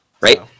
Right